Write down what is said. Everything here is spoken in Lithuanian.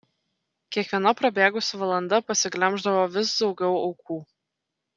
kiekviena prabėgusi valanda pasiglemždavo vis daugiau aukų